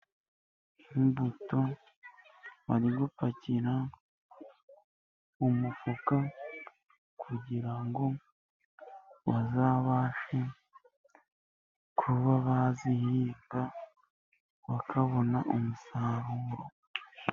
Imbuto bari gupakira umufuka kugirango bazabashe kuba bazihinga bakabona umusaruro.